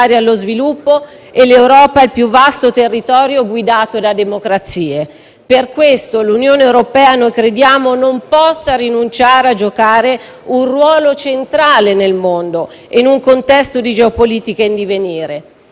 allo sviluppo. L'Europa è il più vasto territorio guidato da democrazie. Per questo, crediamo che l'Unione europea non possa rinunciare a giocare un ruolo centrale nel mondo e in un contesto di geopolitica in divenire.